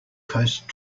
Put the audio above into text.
coast